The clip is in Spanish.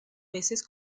veces